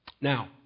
Now